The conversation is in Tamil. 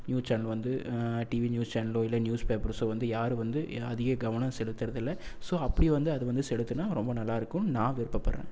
நியூஸ் சேனல் வந்து டிவி நியூஸ் சேனலோ இல்லை நியூஸ் பேப்பர்ஸோ வந்து யாரும் வந்து அதிக கவனம் செலுத்துறதில்லை ஸோ அப்படி வந்து அது வந்து செலுத்தினா ரொம்ப நல்லா இருக்குன்னு நான் விருப்பப்படுறேன்